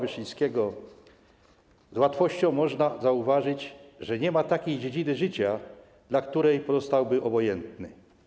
Wyszyńskiego, z łatwością można zauważyć, że nie ma takiej dziedziny życia, dla której pozostałby obojętny.